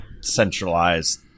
centralized